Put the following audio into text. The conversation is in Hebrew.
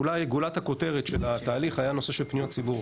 אולי גולת הכותרת של התהליך היה נושא של פניות ציבור.